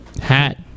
Hat